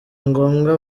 ngombwa